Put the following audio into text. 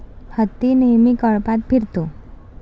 हत्ती नेहमी कळपात फिरतो